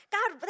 God